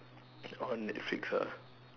on netflix ah